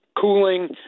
cooling